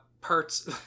Parts